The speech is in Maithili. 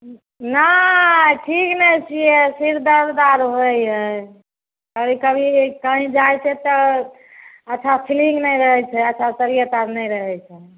ह्म्म नहि ठीक नहि छियै सिर दर्द आरो होइ हइ कभी कभी कहीँ जाइ छियै तऽ अच्छा फीलिंग नहि रहै छै अच्छा तबियत आब नहि रहै छै